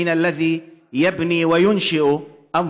כמעט שהוא נביא / היודע אתה על מישהו מכובד